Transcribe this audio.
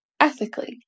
ethically